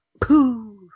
poof